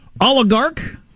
Oligarch